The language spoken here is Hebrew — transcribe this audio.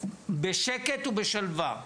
בשקט ובשלווה,